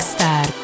Star